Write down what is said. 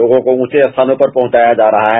लोगों को ऊंचे स्थानों पर पहुंचाया जा रहा है